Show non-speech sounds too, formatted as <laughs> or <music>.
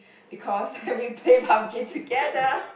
because <laughs> and we play Pup-g together